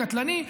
קטלני,